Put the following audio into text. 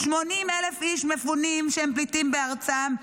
80,000 איש מפונים שהם פליטים בארצם,